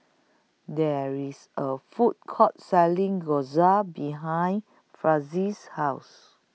There IS A Food Court Selling Gyros behind Farris' House